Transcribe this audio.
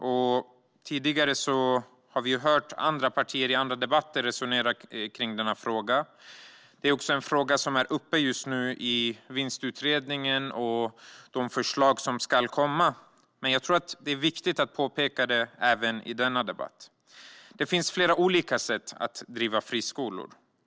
I tidigare debatter har vi hört andra partier resonera kring denna fråga. Det är en fråga som just nu är uppe i Vinstutredningen, och förslag ska komma, men jag tror att det är viktigt att påpeka det även i denna debatt. Det finns flera olika sätt att driva friskolor.